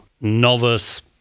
novice